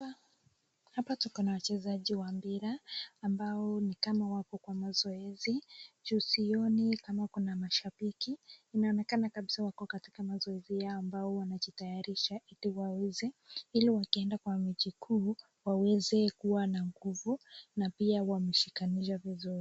Hawa ni wachezaji wa mpira wanafanya mazoezi juu sioni kama kuna mashabiki. Inaonekana kua kabisaa wako katika mazoezi yao ambao wanajitayarisha ili waweze, ili wakienda kwa mechi kuu waweze kuwa na nguvu na pia wameshikanisha vizuri.